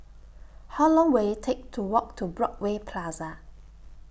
How Long Will IT Take to Walk to Broadway Plaza